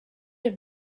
have